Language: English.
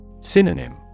Synonym